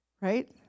right